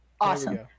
Awesome